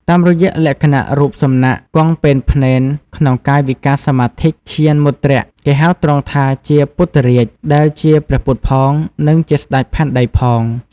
តាមរយៈលក្ខណៈរូបសំណាកគង់ពែនភ្នែនក្នុងកាយវិការសមាធិ (ធ្យានមុទ្រៈ) គេហៅទ្រង់ថាជា ពុទ្ធរាជ ដែលជាព្រះពុទ្ធផង និងជាស្តេចផែនដីផង។